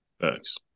Thanks